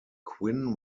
qin